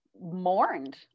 mourned